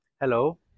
Hello